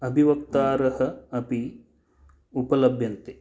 अभिवक्तारः अपि उपलभ्यन्ते